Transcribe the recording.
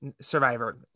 survivor